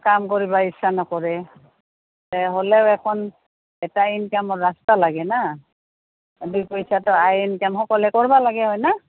কাম কৰিবা ইচ্ছা নকৰে তে হ'লেও এখন এটা ইনকামৰ ৰাস্তা লাগে না দুই পইচাটো আই ইনকাম সকলে কৰিব লাগে হয় না